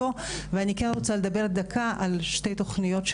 ואני כן רוצה לדבר דקה על שתי תוכניות,